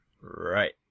Right